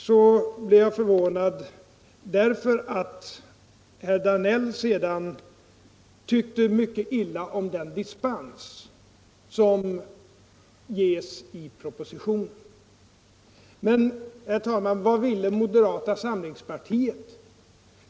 Jag blev också förvånad därför att herr Danell tyckte illa om den dispens som ges i propositionen. Men vad ville moderata samlingspartiet?